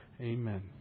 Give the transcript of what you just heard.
Amen